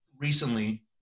recently